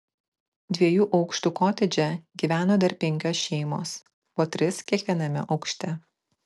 dviejų aukštų kotedže gyveno dar penkios šeimos po tris kiekviename aukšte